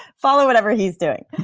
follow whatever he's doing.